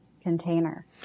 container